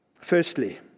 Firstly